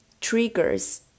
triggers